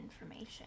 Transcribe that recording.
information